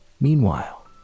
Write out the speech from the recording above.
Meanwhile